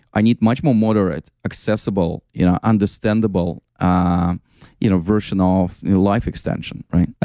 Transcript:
i need much more moderate, accessible, you know understandable, ah you know version of life extension, right?